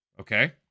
Okay